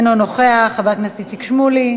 אינו נוכח, חבר הכנסת שמולי,